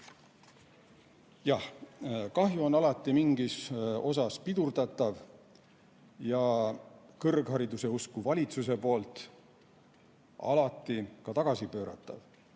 Jah, kahju on alati mingis osas pidurdatav ja kõrghariduse usku valitsus saab seda alati ka tagasi pöörata.